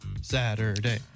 Saturday